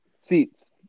Seats